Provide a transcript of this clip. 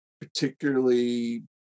particularly